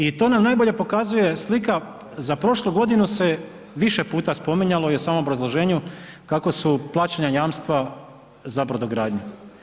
I to nam najbolje pokazuje slika za prošlu godinu, se više puta spominjalo i u samom obrazloženju kako su plaćena jamstva za brodogradnju.